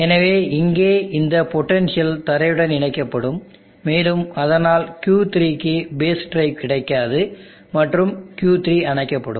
எனவே இங்கே இந்த பொட்டன்ஷியல் தரையுடன் இணைக்கப்படும் மேலும் அதனால் Q3க்கு பேஸ் டிரைவ் கிடைக்காது மற்றும் Q3 அணைக்கப்படும்